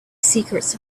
secrets